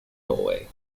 norway